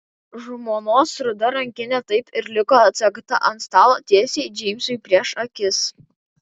žmonos ruda rankinė taip ir liko atsegta ant stalo tiesiai džeimsui prieš akis